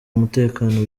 mutekano